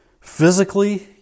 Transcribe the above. physically